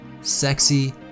sexy